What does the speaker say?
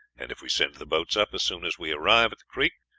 and if we send the boats up as soon as we arrive at the creek,